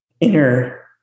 inner